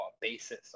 basis